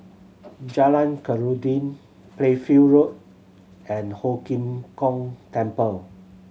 Jalan Khairuddin Playfair Road and Ho Kim Kong Temple